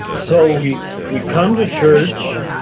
so we we come to church,